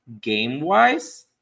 game-wise